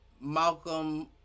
Malcolm